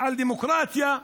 על דמוקרטיה,